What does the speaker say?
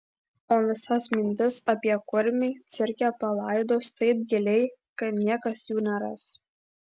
o visas mintis apie kurmį cirke palaidos taip giliai kad niekas jų neras